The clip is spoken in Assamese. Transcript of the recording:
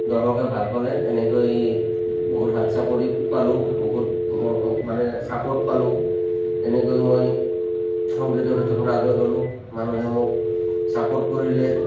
দৰ্শকে ভাল পালে এনেকৈ বহুত হাত চাপৰি পালোঁ বহুত মোক মানে ছাপোৰ্ট পালোঁ তেনেকৈ মই সংগীতৰ ক্ষেত্ৰখনত আগুৱাই গ'লোঁ মানুহে মোক ছাপোৰ্ট কৰিলে